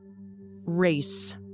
race